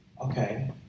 okay